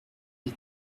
des